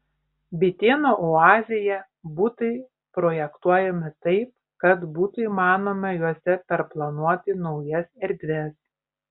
bitėnų oazėje butai projektuojami taip kad būtų įmanoma juose perplanuoti naujas erdves